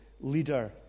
leader